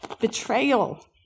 betrayal